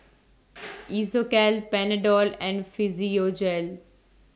Isocal Panadol and Physiogel